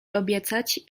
obiecać